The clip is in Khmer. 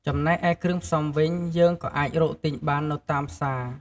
ចំណែកឯគ្រឿងផ្សំវិញ យើងក៏អាចរកទិញបាននៅតាមផ្សារ។